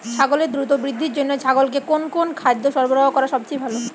ছাগলের দ্রুত বৃদ্ধির জন্য ছাগলকে কোন কোন খাদ্য সরবরাহ করা সবচেয়ে ভালো?